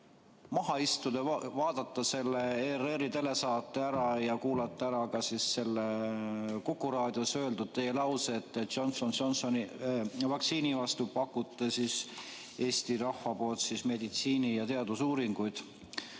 maha istuda ja vaadata selle ERR-i telesaate ära ja kuulata ära ka Kuku raadios öeldud teie lause, et Johnsoni & Johnsoni vaktsiini vastu pakute siis Eesti rahva meditsiini- ja teadusuuringuid.